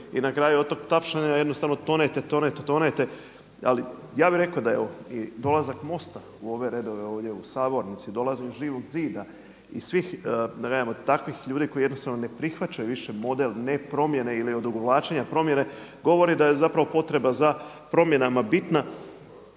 i na kraju od tog tapšanja jednostavno tonete, tonete. Ali ja bih rekao da i dolazak MOST-a u ove redove ovdje u Sabornici, dolazi iz Živog zida, iz svih da kažem takvih ljudi koji jednostavno ne prihvaćaju više model ne promjene ili odugovlačenja promjene govori da je zapravo potreba za promjenama bitna.